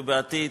ובעתיד,